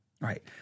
right